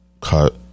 cut